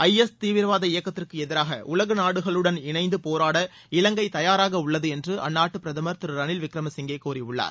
IS தீவிரவாத இயக்கத்திற்கு எதிராக உலக நாடுகளுடன் இணைந்து போராட இலங்கை தயாராக உள்ளது என்று அந்நாட்டு பிரதமர் திரு ரணில் விக்ரமசிங்கே கூறியுள்ளார்